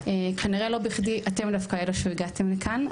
כנראה לא בכדי אתם דווקא אלה שהגעתם לכאן,